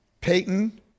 Payton